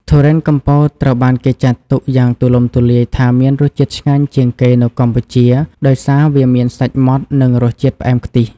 ធុរេនកំពតត្រូវបានគេចាត់ទុកយ៉ាងទូលំទូលាយថាមានរសជាតិឆ្ងាញ់ជាងគេនៅកម្ពុជា ដោយសារវាមានសាច់ម៉ដ្ត និងរសជាតិផ្អែមខ្ទិះ។